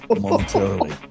momentarily